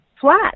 flat